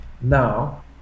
now